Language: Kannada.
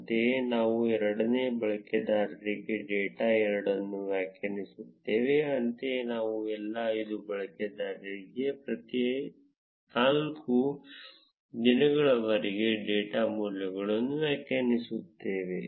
ಅಂತೆಯೇ ನಾವು ಎರಡನೇ ಬಳಕೆದಾರರಿಗೆ ಡೇಟಾ 2 ಅನ್ನು ವ್ಯಾಖ್ಯಾನಿಸುತ್ತೇವೆ ಅಂತೆಯೇ ನಾವು ಎಲ್ಲಾ 5 ಬಳಕೆದಾರರಿಗೆ ಪ್ರತಿ ನಾಲ್ಕು ದಿನಗಳವರೆಗೆ ಡೇಟಾ ಮೌಲ್ಯಗಳನ್ನು ವ್ಯಾಖ್ಯಾನಿಸುತ್ತೇವೆ